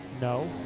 No